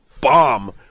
bomb-